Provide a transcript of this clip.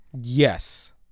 Yes